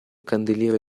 candeliere